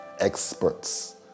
experts